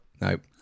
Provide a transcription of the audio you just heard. Nope